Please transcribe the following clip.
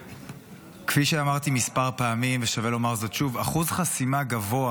כפי שאמרתי כמה פעמים ושווה לומר זאת שוב: אחוז חסימה גבוה